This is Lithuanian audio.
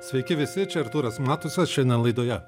sveiki visi čia artūras matusas šen laidoje